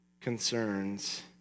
concerns